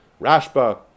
Rashba